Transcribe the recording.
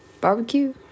barbecue